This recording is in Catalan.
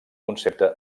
concepte